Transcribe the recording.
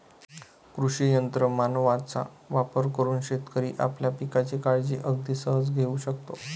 कृषी यंत्र मानवांचा वापर करून शेतकरी आपल्या पिकांची काळजी अगदी सहज घेऊ शकतो